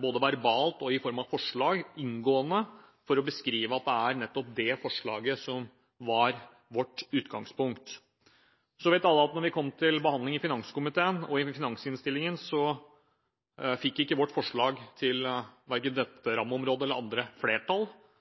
både verbalt og i form av forslag – for å beskrive at det er nettopp det forslaget som var vårt utgangspunkt. Da vi kom til behandling i finanskomiteen og i finansinnstillingen, fikk ikke vårt forslag til verken dette rammeområdet eller andre, flertall,